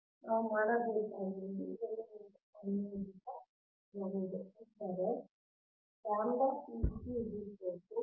ಆದ್ದರಿಂದ ನಾವು ಮಾಡಬೇಕಾಗಿರುವುದು ನೀವು ಇದನ್ನು ಸಂಯೋಜಿಸಬೇಕು